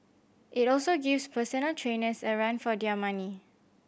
it also gives personal trainers a run for their money